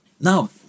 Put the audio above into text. Now